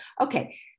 okay